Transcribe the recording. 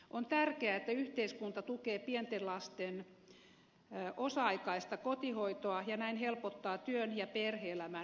on tärkeää että yhteiskunta tukee pienten lasten osa aikaista kotihoitoa ja näin helpottaa työn ja perhe elämän yhdistämistä